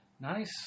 nice